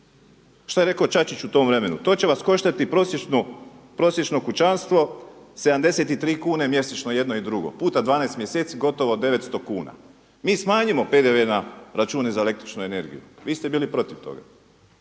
šta je rekao Čačić u tom vremenu to će vas koštati prosječno kućanstvo 73 kune mjesečno jedno i drugo, puta 12 mjeseci gotovo 900 kuna. Mi smanjimo PDV na račune za električnu energiju, vi ste bili protiv toga.